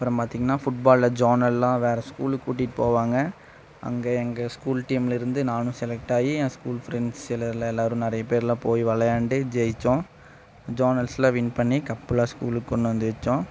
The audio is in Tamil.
அப்புறம் பார்த்திங்கன்னா ஃபுட்பாலில் ஜோனெல்லாம் வேறு ஸ்கூலுக்கு கூட்டிகிட்டு போவாங்க அங்கே எங்கே ஸ்கூல் டீம்லருந்து நானும் செலக்ட் ஆகி என் ஸ்கூல் ஃப்ரெண்ட்ஸில் எல்லாரும் நிறைய பேர் எல்லாம் போய் விளையாண்டு ஜெயிச்சோம் ஜோனல்ஸில் வின் பண்ணி கப்பு எல்லாம் ஸ்கூலுக்கு கொண்டு வந்து வச்சோம்